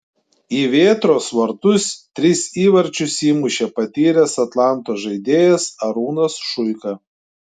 į vėtros vartus tris įvarčius įmušė patyręs atlanto žaidėjas arūnas šuika